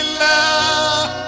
love